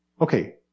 Okay